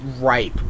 Ripe